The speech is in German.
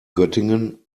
göttingen